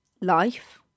life